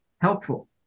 helpful